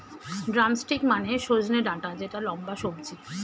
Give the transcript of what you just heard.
drumstick মানে সজনে ডাটা যেটা লম্বা সবজি